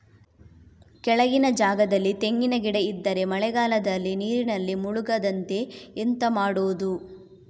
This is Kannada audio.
ಕೆಳಗಿನ ಜಾಗದಲ್ಲಿ ತೆಂಗಿನ ಗಿಡ ಇದ್ದರೆ ಮಳೆಗಾಲದಲ್ಲಿ ನೀರಿನಲ್ಲಿ ಮುಳುಗದಂತೆ ಎಂತ ಮಾಡೋದು?